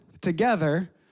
together